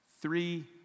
Three